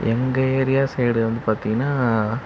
எங்கள் area side வந்து பார்த்தீங்கன்னா